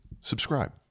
subscribe